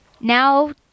Now